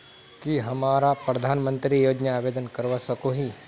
की हमरा प्रधानमंत्री योजना आवेदन करवा सकोही?